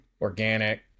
organic